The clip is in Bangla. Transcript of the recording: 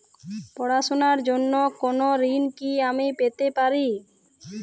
পড়াশোনা র জন্য কোনো ঋণ কি আমি পেতে পারি?